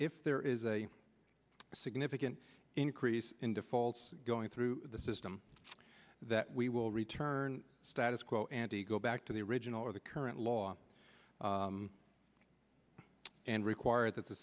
if there is a significant increase in defaults going through the system that we will return status quo ante go back to the original or the current law and require that the